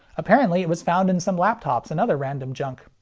apparently it was found in some laptops and other random junk.